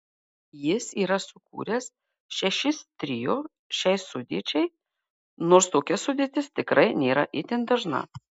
jis yra sukūręs šešis trio šiai sudėčiai nors tokia sudėtis tikrai nėra itin dažna